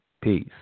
Peace